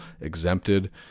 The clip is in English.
exempted